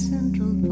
Central